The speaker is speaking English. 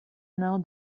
now